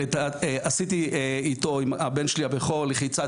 עשיתי איתו עם הבן שלי הבכור לחיצת